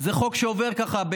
זה חוק שעובר ככה,